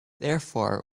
therefore